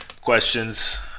questions